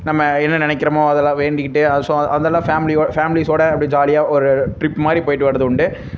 நம்ம என்ன நினக்கிறமோ அதெலாம் வேண்டிக்கிட்டு அது ஸோ அதெலாம் ஃபேமிலியோ ஃபேமிலிஸ்ஸோட அப்படி ஜாலியாக ஒரு ட்ரிப் மாரி போயிவிட்டு வரது உண்டு